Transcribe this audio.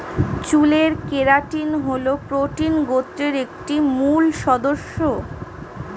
চুলের কেরাটিন হল প্রোটিন গোত্রের একটি মূল সদস্য